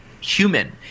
human